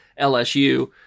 LSU